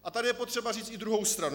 A tady je potřeba říct i druhou stranu.